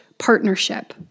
partnership